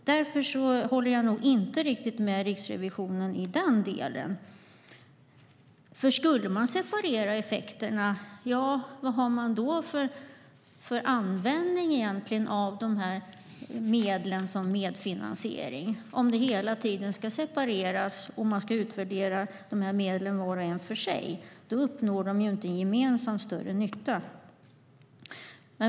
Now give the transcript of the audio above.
Därför håller jag inte med Riksrevisionen i den delen. Skulle man separera effekterna, vad har man då för användning av medlen för medfinansiering? Om man ska separera medlen och utvärdera dem för sig uppnår de inte gemensam större nytta.